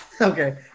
Okay